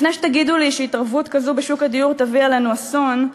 לפני שתגידו לי שהתערבות כזאת בשוק הדיור תביא עלינו אסון,